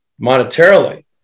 monetarily